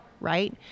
right